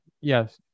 yes